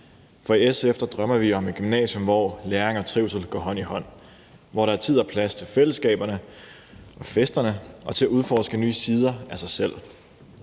I SF drømmer vi om et gymnasium, hvor læring og trivsel går hånd i hånd, hvor der er tid og plads til fællesskaberne og festerne og til at udforske nye sider af sig selv.